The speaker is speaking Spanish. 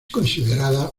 considerada